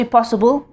possible